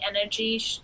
energy